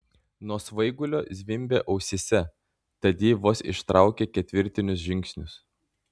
nuo svaigulio zvimbė ausyse tad ji vos ištraukė ketvirtinius žingsnius